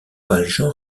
valjean